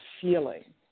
feeling